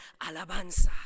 Alabanza